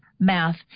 Math